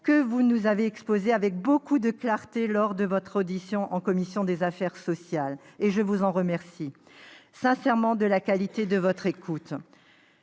que vous nous avez exposés avec beaucoup de clarté lors de votre audition par la commission des affaires sociales. Je vous remercie sincèrement de la qualité de votre écoute.